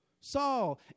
Saul